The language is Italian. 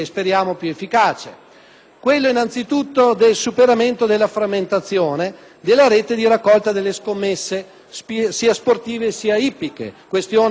innanzitutto della frammentazione della rete di raccolta delle scommesse sia sportive sia ippiche (questione che è di particolare interesse),